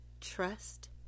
trust